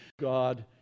God